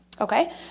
okay